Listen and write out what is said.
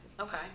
Okay